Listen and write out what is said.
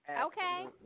Okay